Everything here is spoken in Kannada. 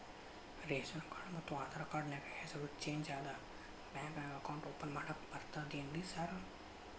ರೇಶನ್ ಕಾರ್ಡ್ ಮತ್ತ ಆಧಾರ್ ಕಾರ್ಡ್ ನ್ಯಾಗ ಹೆಸರು ಚೇಂಜ್ ಅದಾ ಬ್ಯಾಂಕಿನ್ಯಾಗ ಅಕೌಂಟ್ ಓಪನ್ ಮಾಡಾಕ ಬರ್ತಾದೇನ್ರಿ ಸಾರ್?